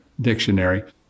dictionary